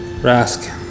Rask